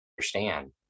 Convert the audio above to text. understand